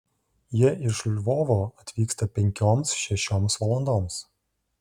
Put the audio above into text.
jie iš lvovo atvyksta penkioms šešioms valandoms